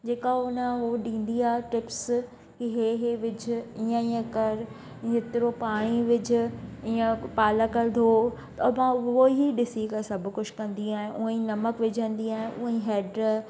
जेका हुनजो हुओ ॾींदी आहे टिप्स की हे हे विझ ईअं ईअं कर हेतिरो पाणी विझ ईअं पालक धो त मां उहेई डिसी करे सभु कुझु कंदी आहियां हूअंई नमक विझंदी आहियां हुअंई हैड